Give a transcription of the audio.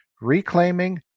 reclaiming